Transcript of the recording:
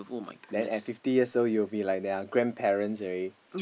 then at fifty years old you will be like their grandparents already